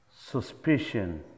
suspicion